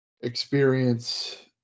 experience